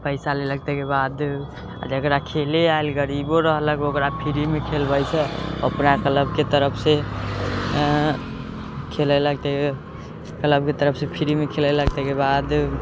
पैसा लेलक तकर बाद आ जकरा खेलय आयल गरीबो रहलक ओकरा फ्रीमे खेलबैत छै अपना क्लबके तरफसँ खेलेलक तऽ क्लबके तरफसँ फ्रीमे खेलेलक तकर बाद